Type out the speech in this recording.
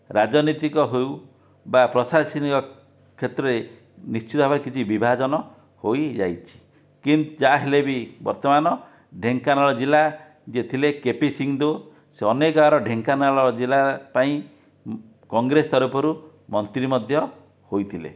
ରାଜନୀତିକ ହେଉ ବା ପ୍ରଶାସନିକ କ୍ଷେତ୍ରରେ ନିଶ୍ଚିତ ଭାବରେ କିଛି ବିଭାଜନ ହୋଇଯାଇଛି ଯାହା ହେଲେ ବି ବର୍ତ୍ତମାନ ଢେଙ୍କାନାଳ ଜିଲ୍ଲା ଯିଏ ଥିଲେ କେପି ସିଂ ଦେଓ ସେ ଅନେକ ବାର ଢେଙ୍କାନାଳ ଜିଲ୍ଲା ପାଇଁ କଂଗ୍ରେସ ତରଫରୁ ମନ୍ତ୍ରି ମଧ୍ୟ ହୋଇଥିଲେ